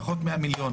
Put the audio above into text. פחות 100 מיליון.